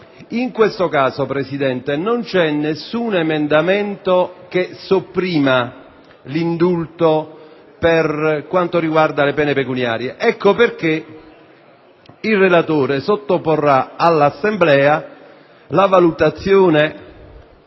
In questo caso, signor Presidente, non c'è nessun emendamento che sopprima l'indulto per quanto riguarda le pene pecuniarie; per questo motivo, il relatore sottoporrà all'Assemblea la valutazione